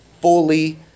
fully